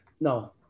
no